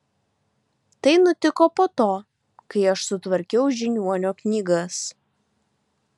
tai nutiko po to kai aš sutvarkiau žiniuonio knygas